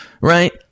right